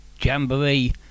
Jamboree